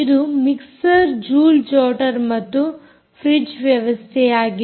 ಇದು ಮಿಕ್ಸರ್ ಜೂಲ್ ಜೊಟರ್ ಮತ್ತು ಫ್ರಿಡ್ಜ್ ವ್ಯವಸ್ಥೆಯಾಗಿದೆ